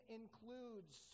includes